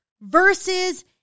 versus